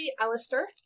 Alistair